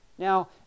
Now